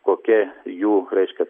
kokia jų reiškia